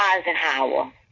Eisenhower